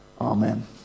Amen